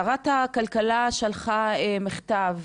שרת הכלכלה שלחה מכתב,